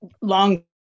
long